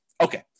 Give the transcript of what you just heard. Okay